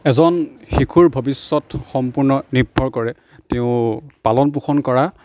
এজন শিশুৰ ভৱিষ্যত সম্পূৰ্ণ নিৰ্ভৰ কৰে তেওঁক পালন পোষণ কৰা